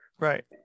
Right